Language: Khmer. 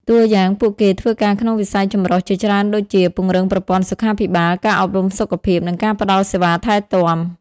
តួយ៉ាងពួកគេធ្វើការក្នុងវិស័យចម្រុះជាច្រើនដូចជា ពង្រឹងប្រព័ន្ធសុខាភិបាល ការអប់រំសុខភាព និងការផ្តល់សេវាថែទាំ។